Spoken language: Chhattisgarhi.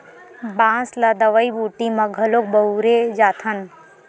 बांस ल दवई बूटी म घलोक बउरे जाथन